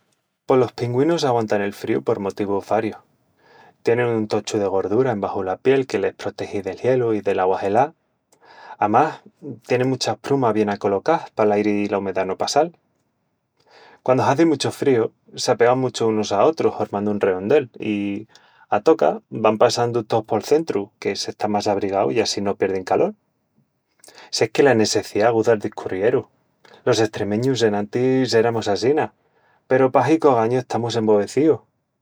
Pos los pingüinus aguantan el fríu por motivus varius. Tienin un tochu de gordura embaxu la piel que les protegi del gielu i del augua gelá. Amás, tienin muchas prumas bien acolocás pal airi i la umidá no passal. Quandu hazi muchu fríu, s'apegan muchu unus a otrus, hormandu un reondel i a toca van passandu tós pol centru, que s'está más abrigau i assín no pierdin calol. Si es que la nessecía aguza'l discurrieru.. Los estremeñus enantis eramus assina peru pahi qu'ogañu estamus embobecíus.